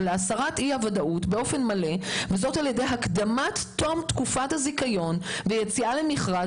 להסרת אי הוודאות באופן מלא על ידי הקדמת תום תקופת הזיכיון ויציאה למכרז